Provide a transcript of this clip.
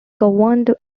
governed